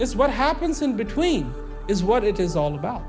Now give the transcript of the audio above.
this what happens in between is what it is all about